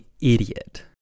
idiot